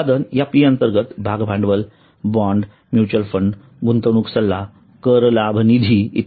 उत्पादन या P अंतर्गत भागभांडवल बाँड म्युच्युअल फंड गुंतवणूक सल्ला कर लाभ निधी इ